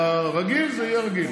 ברגיל זה יהיה רגיל.